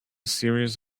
series